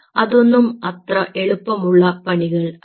അതൊന്നും അത്ര എളുപ്പമുള്ള പണികൾ അല്ല